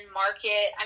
market